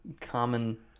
common